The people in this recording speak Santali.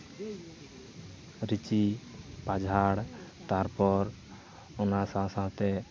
ᱨᱤᱪᱤ ᱯᱟᱡᱷᱟᱲ ᱛᱟᱨᱯᱚᱨ ᱚᱱᱟ ᱥᱟᱶ ᱥᱟᱶᱛᱮ